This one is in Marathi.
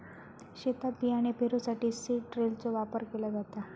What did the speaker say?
शेतात बियाणे पेरूसाठी सीड ड्रिलचो वापर केलो जाता